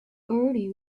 early